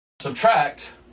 subtract